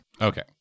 Okay